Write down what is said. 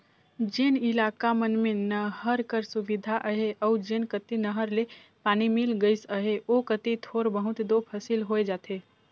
जेन इलाका मन में नहर कर सुबिधा अहे अउ जेन कती नहर ले पानी मिल गइस अहे ओ कती थोर बहुत दो फसिल होए जाथे